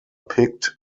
picked